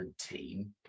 team